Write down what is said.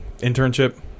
Internship